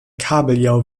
kabeljau